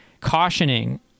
cautioning